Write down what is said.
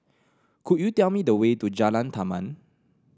could you tell me the way to Jalan Taman